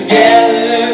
Together